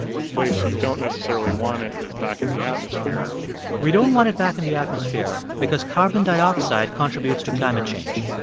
a place you don't necessarily want it is back in the atmosphere we don't want it back in the atmosphere because carbon dioxide contributes to climate change.